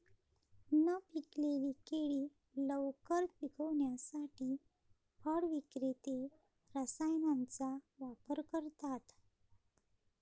न पिकलेली केळी लवकर पिकवण्यासाठी फळ विक्रेते रसायनांचा वापर करतात